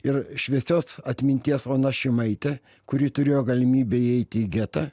ir šviesios atminties ona šimaitė kuri turėjo galimybę įeiti į getą